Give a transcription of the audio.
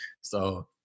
So-